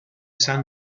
san